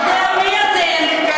יודע מי אתם.